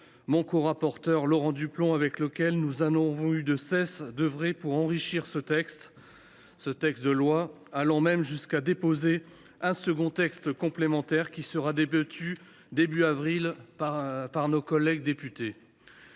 mon corapporteur Laurent Duplomb, avec lequel nous n’avons eu de cesse d’œuvrer pour enrichir ce projet de loi, allant même jusqu’à déposer un second texte complémentaire, qui sera débattu début avril par nos collègues députés.